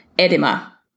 edema